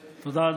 תודה.